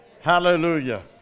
Hallelujah